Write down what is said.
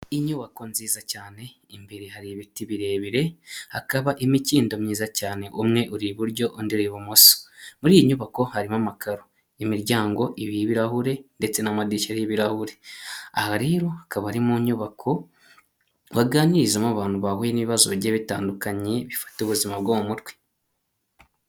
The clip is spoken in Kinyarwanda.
Inyubako nziza cyane imbere hari ibiti birebire hakaba imikindo myiza cyane umwe uri iburyo Indi uri ibumoso muri iyi nyubako harimo amakaro imiryango ibiri y'ibirahure ndetse n'amadishya y'ibirahuri, aha rero akaba ari mu nyubako baganirizamo abantu bahuye n'ibibazo bigiye bitandukanye bifite ubuzima bwo mu mutwe.